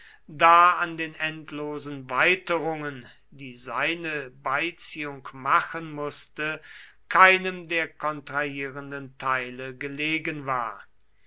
da an den endlosen weiterungen die seine beiziehung machen mußte keinem der kontrahierenden teile gelegen war